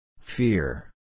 Fear